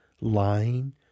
lying